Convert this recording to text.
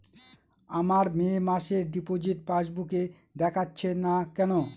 আমার মে মাসের ডিপোজিট পাসবুকে দেখাচ্ছে না কেন?